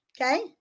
Okay